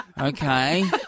okay